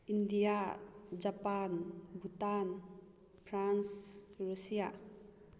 India Japan Bhutan France Russia